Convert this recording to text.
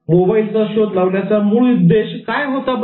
मोबाईलचा शोध लावण्याचा मूळ उद्देश काय होता बरं